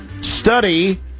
Study